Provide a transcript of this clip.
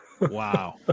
Wow